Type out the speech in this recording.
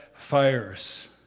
fires